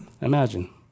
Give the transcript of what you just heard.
Imagine